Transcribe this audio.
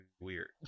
weird